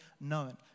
known